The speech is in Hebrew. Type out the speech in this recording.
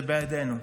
זה בידינו.